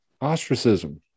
ostracism